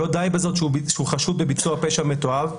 לא די בזאת שהוא חשוד בביצוע פשע מתועב,